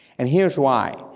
and here's why.